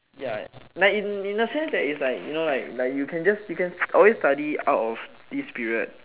ya like in in a sense that's is like you know like like you can just you can also study out of this period